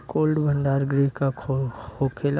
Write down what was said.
Cold भण्डार गृह का होखेला?